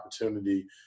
opportunity